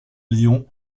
lyon